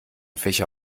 fächer